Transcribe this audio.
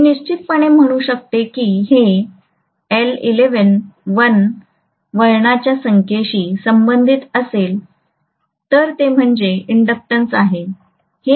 मी निश्चितपणे म्हणू शकतो की हे Ll1 1 वळणाच्या संख्येशी संबंधित असेल तर ते म्हणजे इंडक्शनन्स आहे